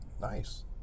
Nice